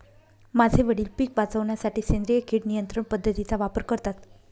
माझे वडील पिक वाचवण्यासाठी सेंद्रिय किड नियंत्रण पद्धतीचा वापर करतात